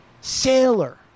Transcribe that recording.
sailor